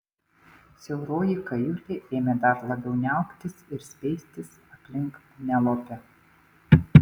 siauroji kajutė ėmė dar labiau niauktis ir speistis aplink penelopę